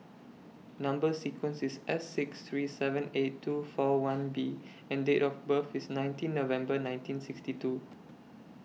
Number sequence IS S six three seven eight two four one B and Date of birth IS nineteen November nineteen sixty two